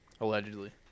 allegedly